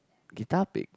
guitar pick